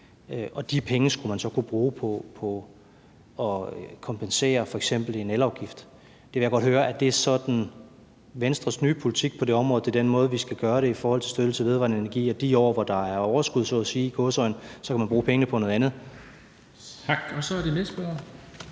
og de penge skulle man så kunne bruge på at kompensere f.eks. i forbindelse med elafgiften, vil jeg godt høre om sådan er Venstres nye politik på det område. Er det den måde, vi skal gøre det på, i forhold til støtte til vedvarende energi, at man i de år, hvor der i gåseøjne er overskud, kan bruge pengene på noget andet?